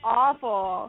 awful